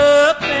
up